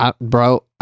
Bro